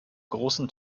großen